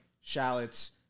shallots